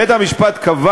בית-המשפט קבע